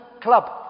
club